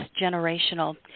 generational